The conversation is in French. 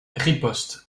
riposte